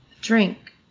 drink